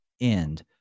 end